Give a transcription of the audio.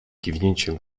kiwnięciem